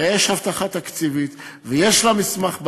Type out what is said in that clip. יש הבטחה תקציבית ויש לה מסמך ביד,